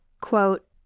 Quote